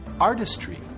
artistry